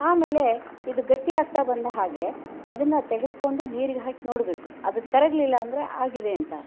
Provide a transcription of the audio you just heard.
ಆಮೇಲೆ ಇದು ಗಟ್ಟಿಯಾಗುತ್ತಾ ಬಂದ ಹಾಗೆ ಅದನ್ನು ತೆಗೆದುಕೊಂಡು ನೀರಿಗೆ ಹಾಕಿ ನೋಡಬೇಕು ಅದು ಕರಗಲಿಲ್ಲ ಅಂದರೆ ಆಗಿದೆ ಅಂತ ಅರ್ಥ